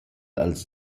als